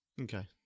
Okay